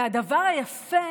והדבר היפה